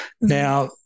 Now